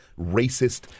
racist